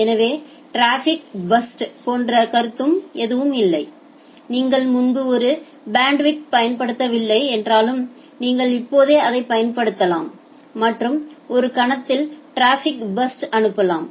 எனவே traffic burst போன்ற கருத்து எதுவும் இல்லை நீங்கள் முன்பு ஒரு பேண்ட்வித் பயன்படுத்தவில்லை என்றாலும் நீங்கள் இப்போதே அதைப் பயன்படுத்தலாம் மற்றும் ஒரு கணத்தில் டிராபிக் பர்ஸ்ட்யை அனுப்பலாம்